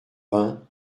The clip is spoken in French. vingt